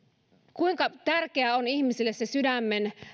kuinka tärkeä on ihmisille se sydämen